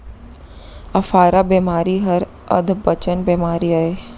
अफारा बेमारी हर अधपचन बेमारी अय